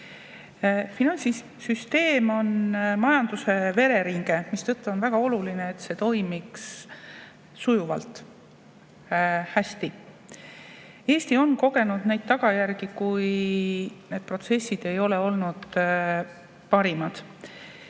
Finantssüsteem on majanduse vereringe, mistõttu on väga oluline, et see toimiks sujuvalt, hästi. Eesti on kogenud tagajärgi, kui need protsessid ei ole olnud parimad